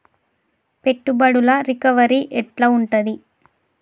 పెట్టుబడుల రికవరీ ఎట్ల ఉంటది?